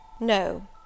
No